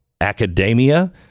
academia